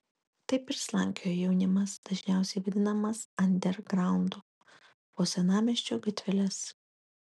taip ir slankiojo jaunimas dažniausiai vadinamas andergraundu po senamiesčio gatveles